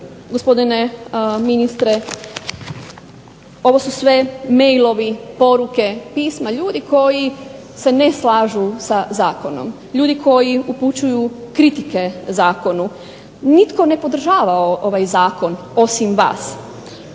gospodine ministre, ovo su sve mejlovi, poruke, pisma ljudi koji se ne slažu sa zakonom, ljudi koji upućuju kritike zakonu. Nitko ne podržava ovaj zakon osim vas.